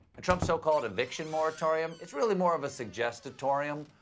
trump's so called eviction moratorium is really more of a suggest-atorium,